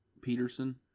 Peterson